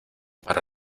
para